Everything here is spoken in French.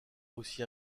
aussi